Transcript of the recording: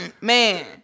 man